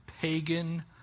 pagan